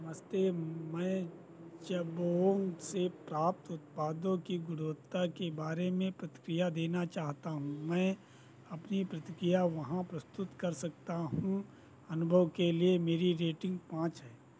नमस्ते मैं जबोन्ग से प्राप्त उत्पादों की गुणवत्ता के बारे में प्रतिक्रिया देना चाहता हूँ मैं अपनी प्रतिक्रिया वहाँ प्रस्तुत कर सकता हूँ अनुभव के लिए मेरी रेटिन्ग पाँच है